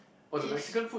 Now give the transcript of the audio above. if